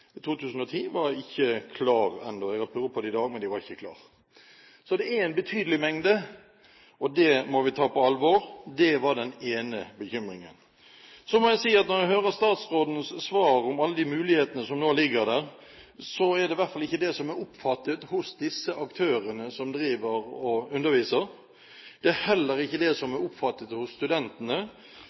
2010 er ikke klare ennå – jeg har prøvd å få dem i dag, men de er ikke klare. Så det er en betydelig mengde, og det må vi ta på alvor. Det var den ene bekymringen. Så må jeg si at når jeg hører statsrådens svar om alle de mulighetene som nå ligger der, er det i hvert fall ikke det som er oppfattet hos disse aktørene som driver og underviser. Det er heller ikke det som er oppfattet hos studentene